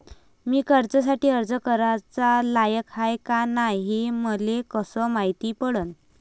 मी कर्जासाठी अर्ज कराचा लायक हाय का नाय हे मले कसं मायती पडन?